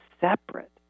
separate